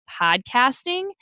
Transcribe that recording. podcasting